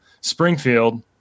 Springfield